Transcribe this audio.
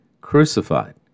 crucified